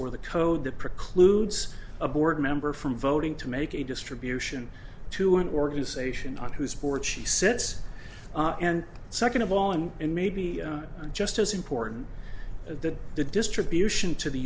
or the code that precludes a board member from voting to make a distribution to an organization on whose board she sits and second of all and and maybe just as important that the distribution to the